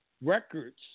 records